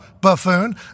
buffoon